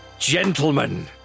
Gentlemen